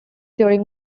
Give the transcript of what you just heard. during